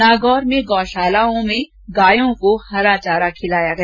नागौर में गौशालाओं में गायों को हरा चारा खिला गया